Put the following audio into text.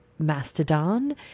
mastodon